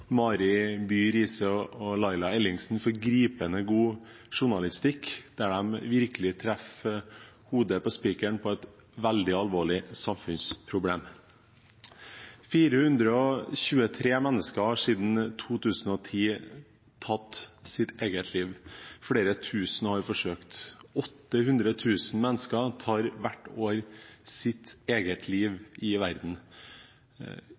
Mari K. By Rise og Lajla Ellingsen – for gripende god journalistikk, der de virkelig treffer spikeren på hodet når det gjelder et veldig alvorlig samfunnsproblem. 423 mennesker har siden 2010 tatt sitt eget liv. Flere tusen har forsøkt. 800 000 mennesker tar hvert år sitt eget liv i verden.